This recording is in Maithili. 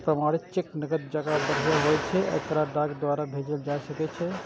प्रमाणित चेक नकद जकां बढ़िया होइ छै आ एकरा डाक द्वारा भेजल जा सकै छै